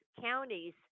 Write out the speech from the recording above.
counties